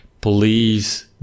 please